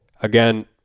again